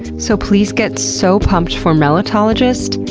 so, please get so pumped for melittolgist,